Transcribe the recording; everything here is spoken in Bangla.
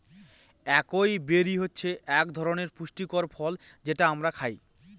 একাই বেরি হচ্ছে এক ধরনের পুষ্টিকর ফল যেটা আমরা খায়